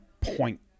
point